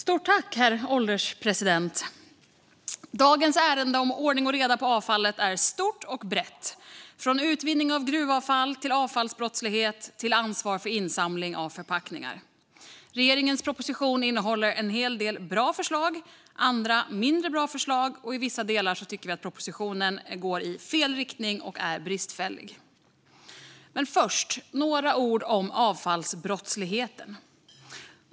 Herr ålderspresident! Dagens ärende om ordning och reda på avfallet är stort och brett - från utvinning av gruvfall till avfallsbrottslighet och ansvar för insamling av förpackningar. Regeringens proposition innehåller en hel del bra förslag och andra mindre bra förslag. I vissa delar tycker vi att propositionen går i fel riktning och är bristfällig. Först några ord om avfallsbrottsligheten.